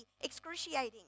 excruciating